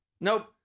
Nope